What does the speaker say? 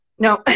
No